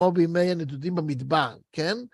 או בימי הנדודים במדבר, כן?